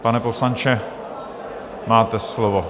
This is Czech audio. Pane poslanče, máte slovo.